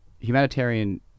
humanitarian